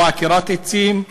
או עקירת עצים,